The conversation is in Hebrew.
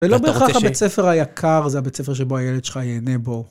ולא בהכרח הבית הספר היקר, זה הבית הספר שבו הילד שלך ייהנה בו.